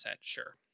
sure